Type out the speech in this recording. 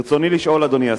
ברצוני לשאול, אדוני השר: